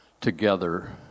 together